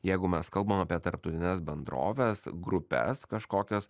jeigu mes kalbam apie tarptautines bendroves grupes kažkokias